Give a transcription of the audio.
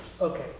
Okay